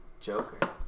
Joker